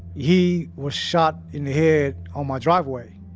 he was shot in the head on my driveway.